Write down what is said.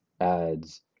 ads